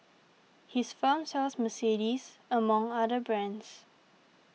his firm sells Mercedes among other brands